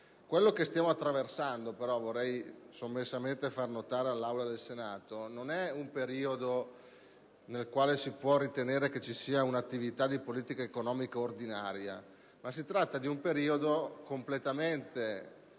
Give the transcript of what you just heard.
Quello che stiamo attraversando però - come vorrei sommessamente far notare all'Aula del Senato - non è un periodo nel quale si può ritenere che ci sia un'attività di politica economica ordinaria, ma un periodo completamente diverso